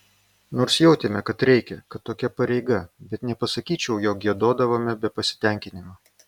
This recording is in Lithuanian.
nors jautėme kad reikia kad tokia pareiga bet nepasakyčiau jog giedodavome be pasitenkinimo